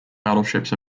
battleships